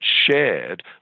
shared